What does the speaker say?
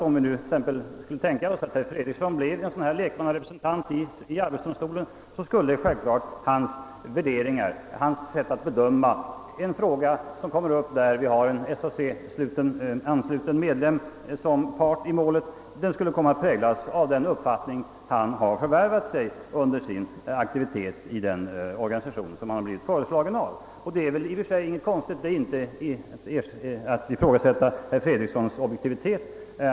Om vi skulle tänka oss att herr Fredriksson bleve lekmannarepresentant i arbetsdomstolen, skulle givetvis hans värderingar, hans sätt att t.ex. bedöma en fråga där en SAC-ansluten medlem vore part i målet, komma att präglas av den uppfattning han hade förvärvat under sin aktivitet i den organisation som föreslagit honom. Det är väl i och för sig ingenting konstigt, och det är inte att ifrågasätta herr Fredrikssons objektivitet.